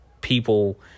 people